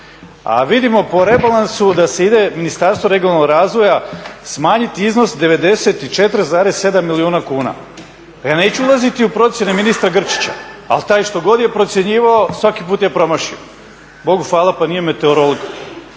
A vidimo po rebalansu da se ide Ministarstvo regionalnog razvoja smanjiti iznos 94,7 milijuna kuna. Ja neću ulaziti u procjene ministra Grčića, ali taj što god je procjenjivao, svaki put je promašio. Bogu hvala pa nije meteorolog.